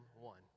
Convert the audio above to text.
one